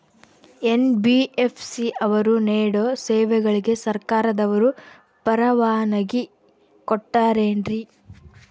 NBFC ಅವರು ನೇಡೋ ಸೇವೆಗಳಿಗೆ ಸರ್ಕಾರದವರು ಪರವಾನಗಿ ಕೊಟ್ಟಾರೇನ್ರಿ?